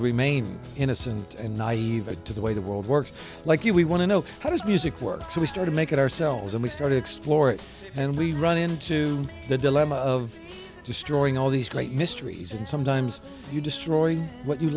remain innocent and naive to the way the world works like you we want to know how does music work so we start to make it ourselves and we started explore it and we run into the dilemma of destroying all these great mysteries and sometimes you destroy what you